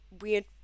weird